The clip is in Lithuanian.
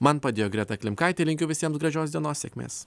man padėjo greta klimkaitė linkiu visiems gražios dienos sėkmės